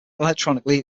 electronically